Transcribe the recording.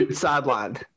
sideline